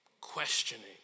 questioning